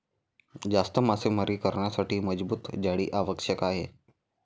जास्त मासेमारी करण्यासाठी मजबूत जाळी आवश्यक आहे